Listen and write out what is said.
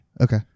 Okay